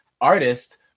artist